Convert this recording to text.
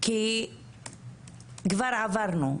כי כבר עברנו.